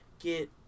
get